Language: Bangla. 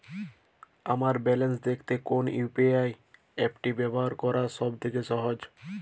আমার ব্যালান্স দেখতে কোন ইউ.পি.আই অ্যাপটি ব্যবহার করা সব থেকে সহজ?